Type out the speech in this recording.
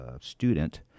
student